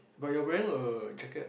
but you're wearing a jacket